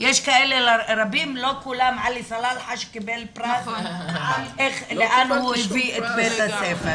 לא כולם עלי סלאלחה שקיבל פרס לאן הוא הביא את בית הספר.